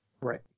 Right